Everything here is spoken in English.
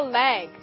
leg